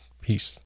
Peace